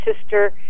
sister